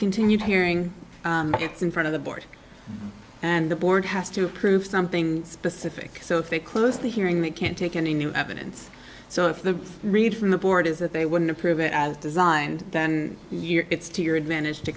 continued hearing gets in front of the board and the board has to approve something specific so they close the hearing they can't take any new evidence so if the read from the board is that they wouldn't approve it as designed then it's to your advantage to